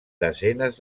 desenes